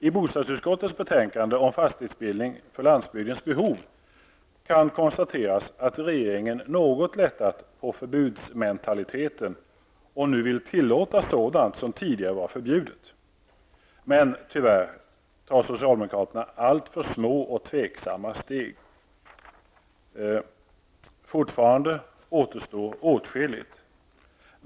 I bostadsutskottets betänkande om fastighetsbildning för landsbygdens behov kan konstateras att regeringen något lättat på förbudsmentaliteten och nu vill tillåta sådant som tidigare var förbjudet. Men tyvärr tar socialdemokraterna alltför små och tveksamma steg. Fortfarande återstår åtskilligt.